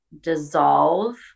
dissolve